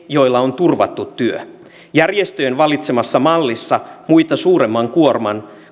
joilla on turvattu työ järjestöjen valitsemassa mallissa muita suuremman kuorman